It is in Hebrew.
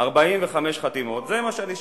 איפה הם?